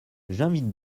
j’invite